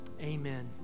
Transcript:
amen